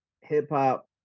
hip-hop